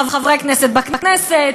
חברי כנסת בכנסת,